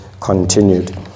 continued